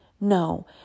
no